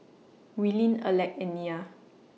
Willene Alec and Nia